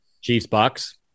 Chiefs-Bucks